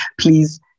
please